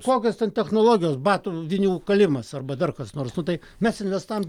kokios ten technologijos batų vinių kalimas arba dar kas nors nu tai mes investavom